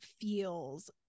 feels